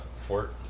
Fort